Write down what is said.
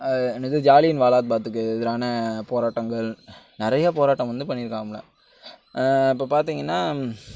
அது என்னது ஜாலியன் வாலா பாத்துக்கு எதிரான போராட்டங்கள் நிறைய போராட்டம் வந்து பண்ணியிருக்காம்ல இப்போ பார்த்தீங்கன்னா